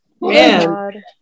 man